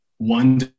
One